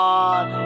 God